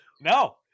No